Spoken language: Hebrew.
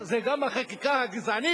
זה גם החקיקה הגזענית,